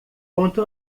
quanto